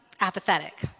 apathetic